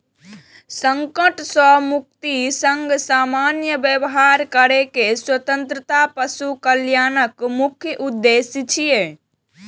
संकट सं मुक्तिक संग सामान्य व्यवहार करै के स्वतंत्रता पशु कल्याणक मुख्य उद्देश्य छियै